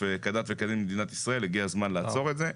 כדת וכדין במדינת ישראל הגיע הזמן לעצור את זה.